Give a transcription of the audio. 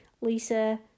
Lisa